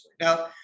Now